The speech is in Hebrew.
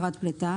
פליטה"